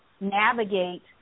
navigate